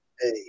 hey